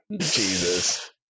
Jesus